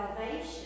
salvation